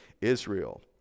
Israel